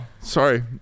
sorry